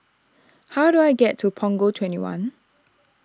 how do I get to Punggol twenty one